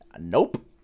Nope